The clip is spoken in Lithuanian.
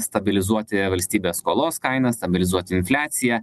stabilizuoti valstybės skolos kainas stabilizuoti infliaciją